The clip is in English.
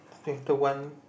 into one